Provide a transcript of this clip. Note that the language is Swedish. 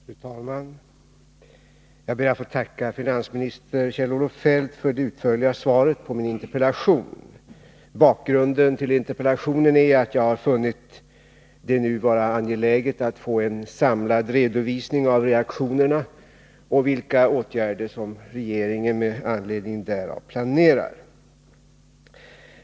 Fru talman! Jag ber att få tacka finansminister Kjell-Olof Feldt för det utförliga svaret på min interpellation. Bakgrunden till interpellationen är att jag har funnit det nu vara angeläget att få en samlad redovisning av reaktionerna på devalveringen och vilka åtgärder som regeringen med anledning därav planerar.